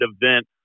event